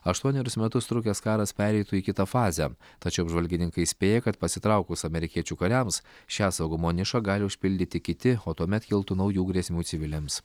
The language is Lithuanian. aštuonerius metus trukęs karas pereitų į kitą fazę tačiau apžvalgininkai spėja kad pasitraukus amerikiečių kariams šią saugumo nišą gali užpildyti kiti o tuomet kiltų naujų grėsmių civiliams